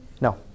No